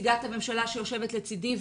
נציגת הממשלה שיושבת לצדי,